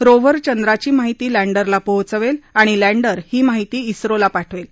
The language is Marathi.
रोव्हर चंद्राची माहिती लँडर ला पोहोचवेल आणि लँडर ही माहिती झो ला पाठवेल